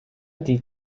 die